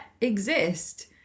exist